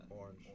Orange